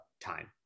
time